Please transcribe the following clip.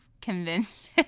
convinced